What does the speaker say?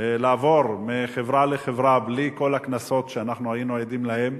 לעבור מחברה לחברה בלי כל הקנסות שאנחנו היינו עדים להם,